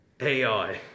AI